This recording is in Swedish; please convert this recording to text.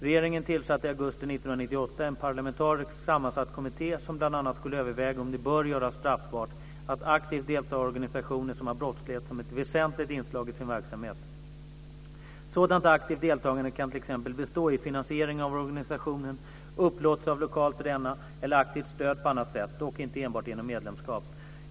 Regeringen tillsatte i augusti 1998 en parlamentariskt sammansatt kommitté som bl.a. skulle överväga om det bör göras straffbart att aktivt delta i organisationer som har brottslighet som ett väsentligt inslag i sin verksamhet. Sådant aktivt deltagande kan t.ex. bestå i finansiering av organisationen, upplåtelse av lokal till denna eller aktivt stöd på annat sätt, dock inte enbart genom medlemskap.